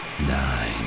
Nine